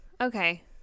Okay